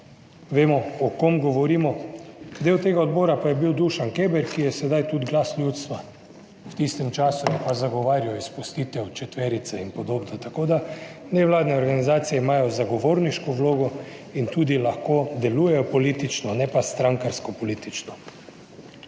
vemo o kom govorimo. Del tega odbora pa je bil Dušan Keber, ki je sedaj tudi Glas ljudstva v tistem času, je pa zagovarjal izpustitev četverice in podobno. Tako, da nevladne organizacije imajo zagovorniško vlogo in tudi lahko delujejo politično, ne pa strankarsko politično.